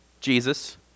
Jesus